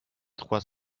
trois